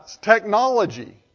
technology